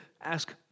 ask